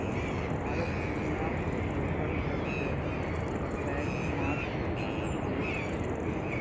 भारत दुनियाक दोसर सबसं पैघ माछ उत्पादक देश छियै